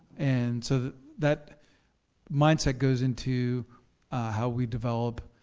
and so that mindset goes into how we develop